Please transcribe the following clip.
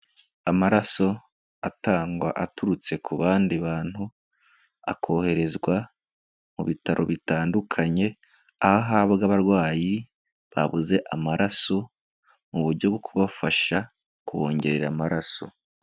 Amaraso atangwa aturutse ku bandi bantu akoherezwa mu bitaro bitandukanye, aho ahabwa abarwayi babuze amaraso, mu buryo bwo kubafasha kubongerera amaraso.